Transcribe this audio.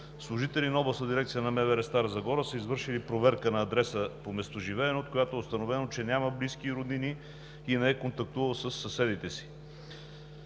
Служители на Областна дирекция на МВР – Стара Загора, са извършили проверка на адреса по местоживеене, от която е установено, че няма близки и роднини и не е контактувал със съседите си.